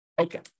Okay